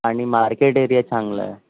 आणि market area चांगला आहे